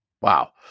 Wow